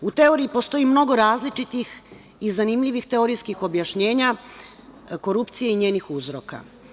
U teoriji postoji mnogo različitih i zanimljivih teorijskih objašnjenja korupcije i njenih uzroka.